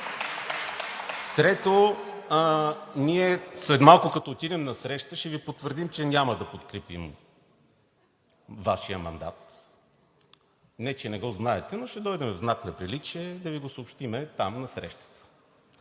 Трето, ние след малко, като отидем на среща, ще Ви потвърдим, че няма да подкрепим Вашия мандат, не че не го знаете, но ще дойдем в знак на приличие да Ви го съобщим там, на срещата.